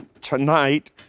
tonight